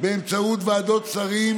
באמצעות ועדות שרים,